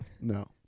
No